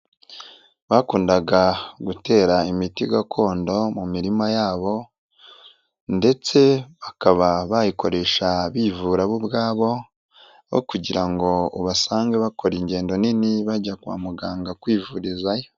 Bakundaga gutera imiti gakondo mu mirima yabo ndetse bakaba bayikoresha bivura bo ubwabo aho kugira ngo ubasange bakora ingendo nini bajya kwa muganga kwivurizayo.